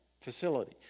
facility